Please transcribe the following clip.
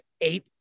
eight